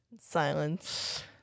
Silence